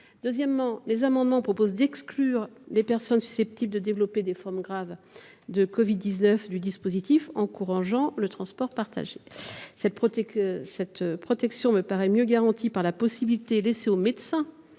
Ensuite, ces amendements tendent à exclure les personnes susceptibles de développer des formes graves de covid 19 du dispositif encourageant le transport partagé. Cette protection me paraît mieux garantie par la possibilité laissée au médecin